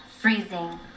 freezing